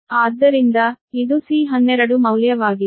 ಆದ್ದರಿಂದ ಇದು C12 ಮೌಲ್ಯವಾಗಿದೆ